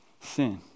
sin